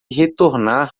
retornar